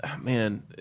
man